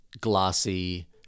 glossy